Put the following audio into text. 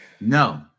No